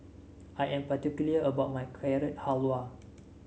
I am particular about my Carrot Halwa